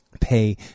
pay